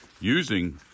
Using